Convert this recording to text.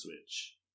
switch